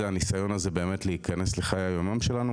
זה הניסון להיכנס לחיי היום יום שלנו,